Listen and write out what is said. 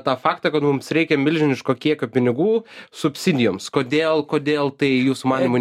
tą faktą kad mums reikia milžiniško kiekio pinigų subsidijoms kodėl kodėl tai jūsų manymu